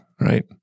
right